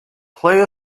play